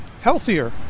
healthier